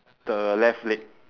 the left leg